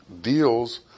deals